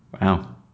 Wow